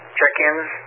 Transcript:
check-ins